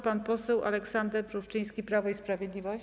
Pan poseł Aleksander Mrówczyński, Prawo i Sprawiedliwość.